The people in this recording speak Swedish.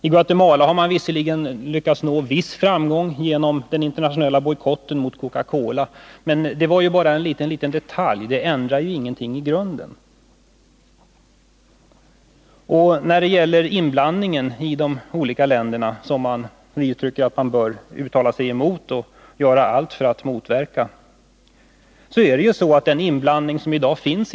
I Guatemala har man visserligen lyckats nå en viss framgång genom den internationella bojkotten mot Coca Cola, men det är bara en detalj — det ändrar ingenting i grunden. Vi tycker alltså att man bör uttala sig mot och göra allt för att motverka utländsk inblandning i olika länder.